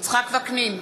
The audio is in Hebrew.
יצחק וקנין,